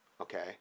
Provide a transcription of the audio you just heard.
okay